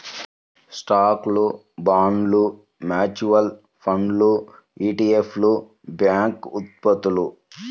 స్టాక్లు, బాండ్లు, మ్యూచువల్ ఫండ్లు ఇ.టి.ఎఫ్లు, బ్యాంక్ ఉత్పత్తులు